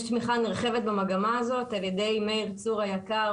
יש תמיכה נרחבת במגמה הזאת על-ידי מאיר צור היקר,